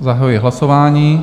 Zahajuji hlasování.